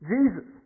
Jesus